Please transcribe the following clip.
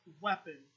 weapon